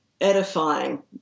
edifying